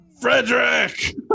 Frederick